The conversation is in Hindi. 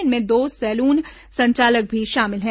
इनमें दो सैलून संचालक भी शामिल हैं